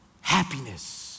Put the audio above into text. happiness